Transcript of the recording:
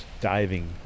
diving